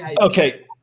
Okay